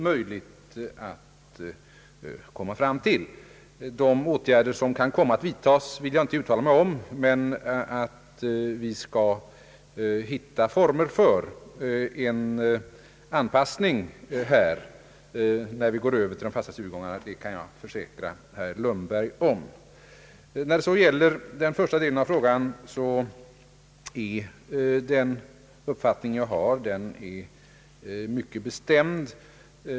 Vilka åtgärder som kan komma att vidtagas vill jag inte uttala mig om. Men att vi skall hitta former för en anpassning när vi går över till de fasta studiegångarna kan jag försäkra herr Lundberg om. Vad gäller den första delen av frågan är min uppfattning mycket bestämd.